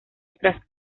tras